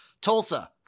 Tulsa